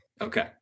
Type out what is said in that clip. Okay